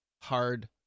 hard